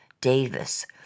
Davis